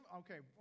okay